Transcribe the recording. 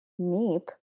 neep